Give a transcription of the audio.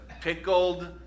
pickled